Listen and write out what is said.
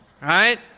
Right